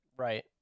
Right